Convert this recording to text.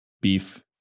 beef